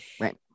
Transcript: right